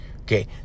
okay